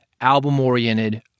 album-oriented